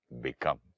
become